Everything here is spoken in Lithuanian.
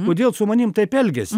kodėl su manim taip elgiasi